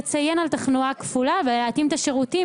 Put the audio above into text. לציין תחלואה כפולה ולהתאים את השירותים,